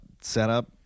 setup